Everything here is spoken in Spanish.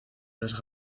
los